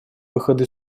выхода